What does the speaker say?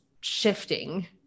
shifting